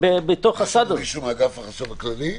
יש פה מישהו מהחשב הכללי?